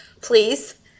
please